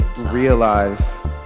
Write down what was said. realize